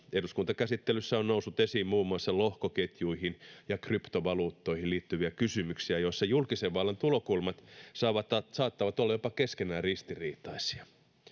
eduskuntakäsittelyssä on noussut esiin muun muassa lohkoketjuihin ja kryptovaluuttoihin liittyviä kysymyksiä joissa julkisen vallan tulokulmat saattavat saattavat olla jopa keskenään ristiriitaisia